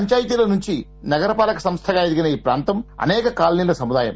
పంచాయతీల నుంచి నగరపాలక సంస్థగా ఎదిగిన ఈ ప్రాంతం అనేక కాలనీల సముదాయం